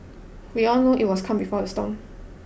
we all know it was calm before the storm